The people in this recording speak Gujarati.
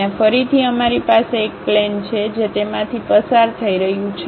ત્યાં ફરીથી અમારી પાસે એક પ્લેન છે જે તેમાંથી પસાર થઈ રહ્યું છે